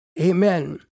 Amen